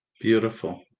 Beautiful